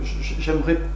j'aimerais